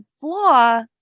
flaw